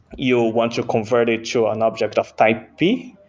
you want to convert it to an object of type b.